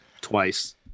twice